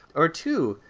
or two.